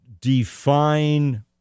define